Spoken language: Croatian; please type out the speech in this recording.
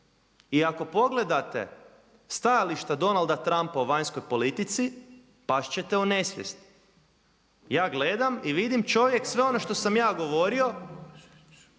I ako pogledate stajališta Donalda Trumpa o vanjskoj politici, past ćete u nesvijest. Ja gledam i vidim čovjek sve ono što sam ja govorio,